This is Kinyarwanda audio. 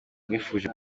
mwifuje